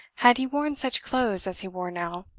had he worn such clothes as he wore now.